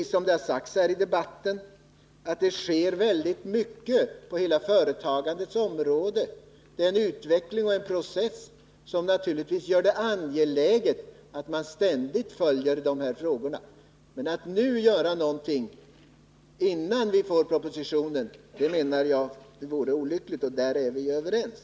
Som det har sagts här i debatten sker det väldigt mycket på företagandets område. Här pågår en utveckling och en process som naturligtvis gör det angeläget att man ständigt följer dessa frågor. Men att göra någonting nu, innan vi fått propositionen, vore enligt min mening olyckligt, och om det är vi ju överens.